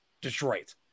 Detroit